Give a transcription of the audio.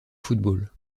football